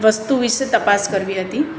વસ્તુ વિશે તપાસ કરવી હતી